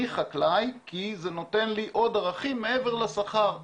אני חקלאי כי זה נותן לי עוד ערכים מעבר לשכר.